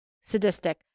sadistic